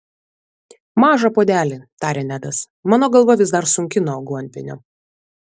mažą puodelį tarė nedas mano galva vis dar sunki nuo aguonpienio